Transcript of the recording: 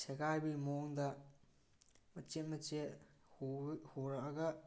ꯁꯦꯒꯥꯏꯕꯒꯤ ꯃꯑꯣꯡꯗ ꯃꯆꯦꯠ ꯃꯆꯦꯠ ꯍꯣꯔꯛꯑꯒ